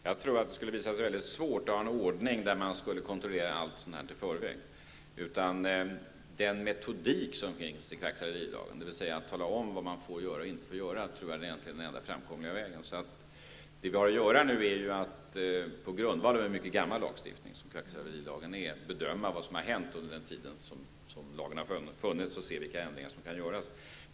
Herr talman! Det torde vara väldigt svårt att införa en ordning, där man skulle kontrollera allt sådant här i förväg. Den metodik som finns i kvacksalverilagen, dvs. att tala om vad man får och inte får göra, tror jag är den enda framkomliga vägen. Vad vi nu har att göra är att vi på grundval av en mycket gammal lagstiftning -- som kvacksalverilagen är -- måste söka bedöma vad som har hänt under den tid som lagen har funnits för att se vilka ändringar som kan göras.